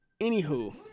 Anywho